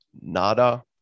nada